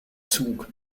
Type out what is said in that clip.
zug